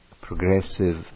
progressive